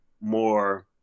more